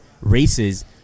races